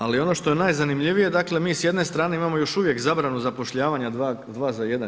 Ali ono što je najzanimljivije, dakle mi s jedne strane imamo još uvijek zabranu zapošljavanja dva za jedan.